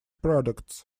products